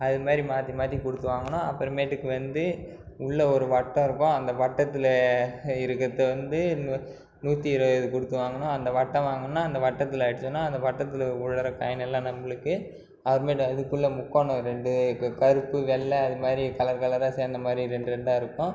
அதுமாதிரி மாற்றி மாற்றி கொடுத்து வாங்கணும் அப்புறம்மேட்டுக்கு வந்து உள்ள ஒரு வட்டம் இருக்கும் அந்த வட்டத்தில் இருக்கிறது வந்து நூற்றி இருபது கொடுத்து வாங்கணும் அந்த வட்டம் வாங்குன்னே அந்த வட்டத்தில் அடிச்சோம்னால் அந்த வட்டத்தில் விழுற காயின் எல்லாம் நம்பளுக்கு அப்புறமேட்டு அதுக்குள்ளே முக்கோணம் ரெண்டு கருப்பு வெள்ளை அது மாதிரி கலர் கலராக சேர்ந்த மாதிரி ரெண்டு ரெண்டாக இருக்கும்